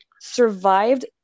Survived